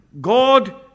God